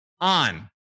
On